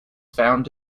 found